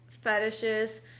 fetishes